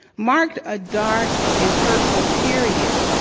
marked a dark and hurtful period.